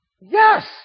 Yes